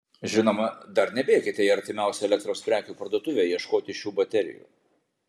žinoma dar nebėkite į artimiausią elektros prekių parduotuvę ieškoti šių baterijų